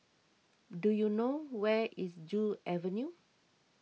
do you know where is Joo Avenue